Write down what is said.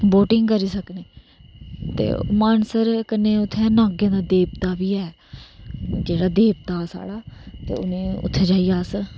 boating करी सकने ते मानसर कन्नै उत्थै नागें दा देबता बी ऐ जेहड़ा देबता साढ़ा उत्थै जेइयै अस